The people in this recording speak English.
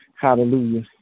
Hallelujah